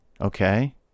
okay